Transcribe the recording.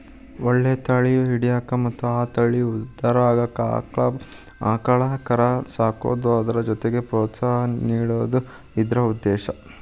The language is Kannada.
ಒಳ್ಳೆ ತಳಿ ಹಿಡ್ಯಾಕ ಮತ್ತ ಆ ತಳಿ ಉದ್ಧಾರಕ್ಕಾಗಿ ಆಕ್ಳಾ ಆಕಳ ಕರಾ ಸಾಕುದು ಅದ್ರ ಜೊತಿಗೆ ಪ್ರೋತ್ಸಾಹ ನೇಡುದ ಇದ್ರ ಉದ್ದೇಶಾ